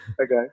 Okay